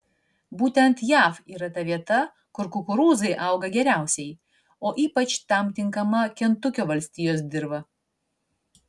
būtent jav yra ta vieta kur kukurūzai auga geriausiai o ypač tam tinkama kentukio valstijos dirva